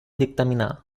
dictaminar